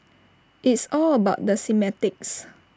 it's all about the semantics